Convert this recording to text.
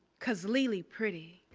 cuz lily pretty,